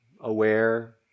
aware